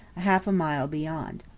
half a mile beyond.